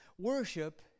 Worship